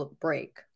break